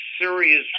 serious